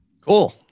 Cool